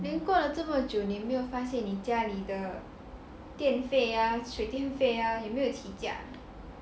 then 过了这么久你有没有发现你家里的电费 ah 水电费 ah 有没有起价